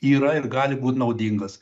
yra ir gali būt naudingas